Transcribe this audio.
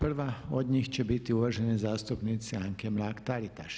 Pa prva od njih će biti uvažene zastupnice Anke Mrak-Taritaš.